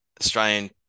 Australian